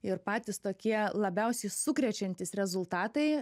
ir patys tokie labiausiai sukrečiantys rezultatai